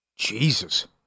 Jesus